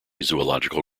zoological